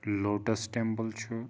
lotus Temple چھُ